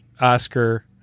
Oscar